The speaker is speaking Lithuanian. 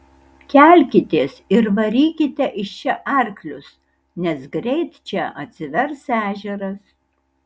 kelkitės ir varykite iš čia arklius nes greit čia atsivers ežeras